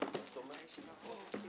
בשעה 10:30.